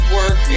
work